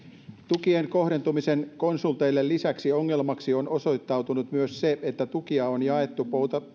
tukien konsulteille kohdentumisen lisäksi ongelmaksi on osoittautunut myös se että tukia on jaettu